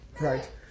right